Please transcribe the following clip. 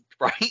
right